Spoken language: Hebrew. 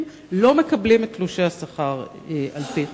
לא מקבלים את תלושי השכר על-פי חוק.